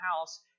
house